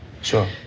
sure